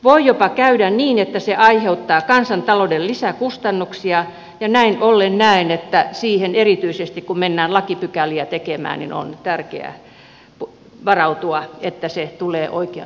voi jopa käydä niin että se aiheuttaa kansantaloudelle lisäkustannuksia ja näin ollen näen että siihen erityisesti kun mennään lakipykäliä tekemään on tärkeää varautua että se tulee oikeanlaiseksi